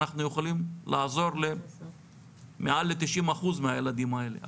אנחנו יכולים לעזור למעל 90% מהילדים האלה.